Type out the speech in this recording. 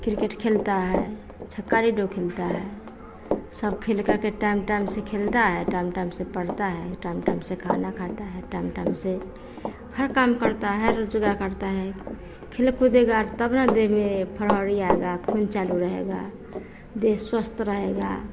cricket खेलता है छक्का लीडो खेलता है सब खेलकूद के टाइम टाइम से खेलता है टाइम टाइम से पढ़ता है टाइम टाइम से खाना खाता है टाइम टाइम से हर काम करता है रोजगार करता है खेल कूदेगा तब न देह में फरहरी आएगा खून चालू रहेगा देह स्वस्थ रहेगा